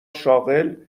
شاغل